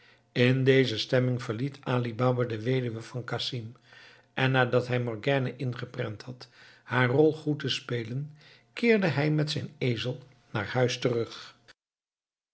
in deze stemming verliet ali baba de weduwe van casim en nadat hij morgiane ingeprent had haar rol goed te spelen keerde hij met zijn ezel naar huis terug